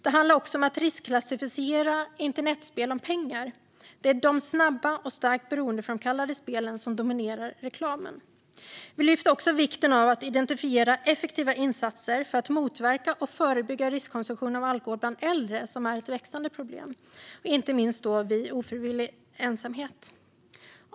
Det handlar också om att riskklassificera internetspel om pengar - de snabba och starkt beroendeframkallande spelen som dominerar reklamen. Vi lyfter också vikten av att identifiera effektiva insatser för att motverka och förebygga riskkonsumtion av alkohol bland äldre, vilket är ett växande problem, inte minst vid ofrivillig ensamhet.